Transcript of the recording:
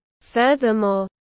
Furthermore